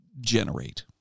generate